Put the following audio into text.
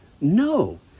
No